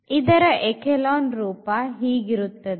ಇದರ ಎಖಿಲಾನ್ ರೂಪ ಹೀಗಿರುತ್ತದೆ